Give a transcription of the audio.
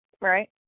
right